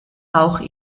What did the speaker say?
auch